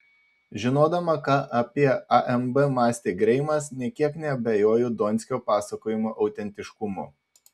žinodama ką apie amb mąstė greimas nė kiek neabejoju donskio pasakojimo autentiškumu